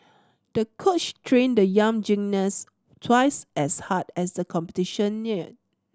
the coach trained the young gymnast twice as hard as the competition near